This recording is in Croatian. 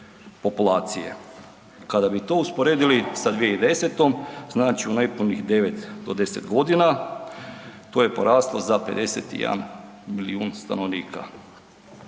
populacije. Kada bi to usporedili sa 2010., znači u nepunih 9 do 10 g., to je poraslo za 51 milijun stanovnika.